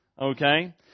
Okay